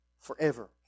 forever